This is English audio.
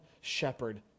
shepherd